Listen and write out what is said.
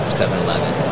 7-Eleven